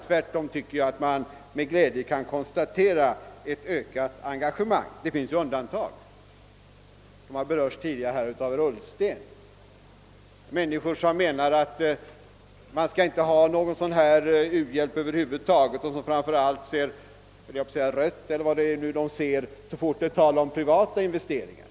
Tvärtom tycker jag att man med glädje kan konstatera ett ökat engagemang för dessa frågor. Det finns emellertid undantag. Herr Ullsten har tidigare berört dem. Det är människor som anser att vi över huvud taget inte skall bedriva någon u-hjälp, människor som ser rött — eller vad vad det nu är de ser så fort det är tal om privata investeringar.